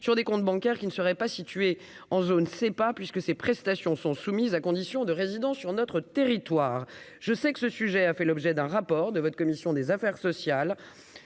sur des comptes bancaires qui ne seraient pas situés en zone c'est pas puisque ces prestations sont soumises à condition de résidence sur notre territoire, je sais que ce sujet a fait l'objet d'un rapport de votre commission des affaires sociales,